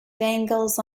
dangles